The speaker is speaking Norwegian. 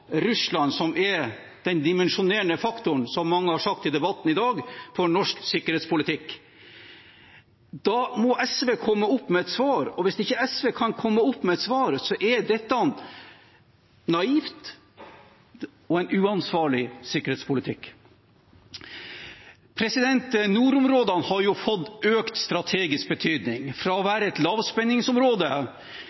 Russland, som er den dimensjonerende faktoren for norsk sikkerhetspolitikk, som mange har sagt i debatten i dag. Da må SV komme opp med et svar, og hvis ikke SV kan komme opp med et svar, er dette naivt og en uansvarlig sikkerhetspolitikk. Nordområdene har fått økt strategisk betydning. Fra å